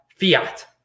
fiat